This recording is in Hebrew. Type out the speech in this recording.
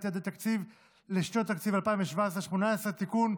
יעדי התקציב לשנות התקציב 2017 ו-2018) (תיקון,